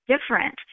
different